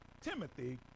Timothy